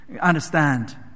understand